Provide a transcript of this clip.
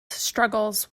struggles